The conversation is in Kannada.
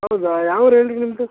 ಹೌದಾ ಯಾವ ಊರು ಹೇಳ್ರಿ ನಿಮ್ಮದು